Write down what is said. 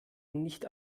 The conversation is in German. nicht